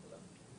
תודה.